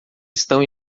estão